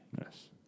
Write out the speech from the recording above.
Yes